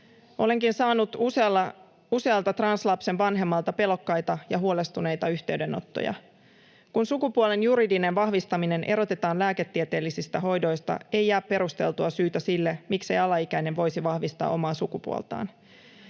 Olenkin saanut usealta translapsen vanhemmalta pelokkaita ja huolestuneita yhteydenottoja. Kun sukupuolen juridinen vahvistaminen erotetaan lääketieteellisistä hoidoista, ei jää perusteltua syytä sille, miksei alaikäinen voisi vahvistaa omaa sukupuoltaan.